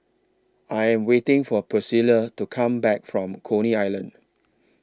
I Am waiting For Pricilla to Come Back from Coney Island